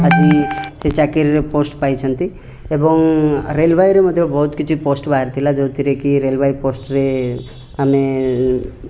ଆଜି ସେ ଚାକିରିରେ ପୋଷ୍ଟ୍ ପାଇଛନ୍ତି ଏବଂ ରେଲୱେରେ ମଧ୍ୟ ବହୁତ କିଛି ପୋଷ୍ଟ୍ ବାହାରି ଥିଲା ଯେଉଁଥିରେ କି ରେଲୱେ ପୋଷ୍ଟ୍ ରେ ଆମେ